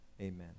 Amen